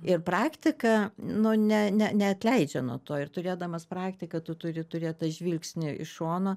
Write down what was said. ir praktika nu ne ne neatleidžia nuo to ir turėdamas praktiką tu turi turėt tą žvilgsnį iš šono